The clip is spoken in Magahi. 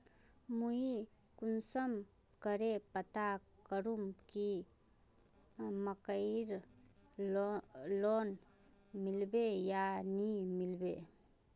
मुई कुंसम करे पता करूम की मकईर लोन मिलबे या नी मिलबे?